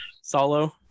Solo